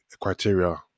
criteria